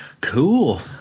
Cool